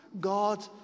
God